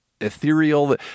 ethereal